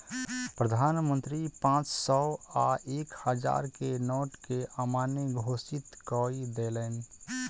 प्रधान मंत्री पांच सौ आ एक हजार के नोट के अमान्य घोषित कय देलैन